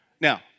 Now